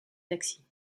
taxis